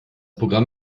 programm